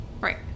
right